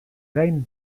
gain